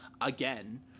again